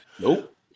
Nope